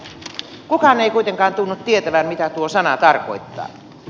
kukaan ei kuitenkaan tunnu tietävän mitä tuo sana tarkoittaa